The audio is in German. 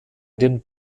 den